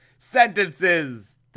Sentences